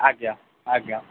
ଆଜ୍ଞା ଆଜ୍ଞା